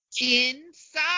inside